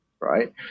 Right